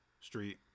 Street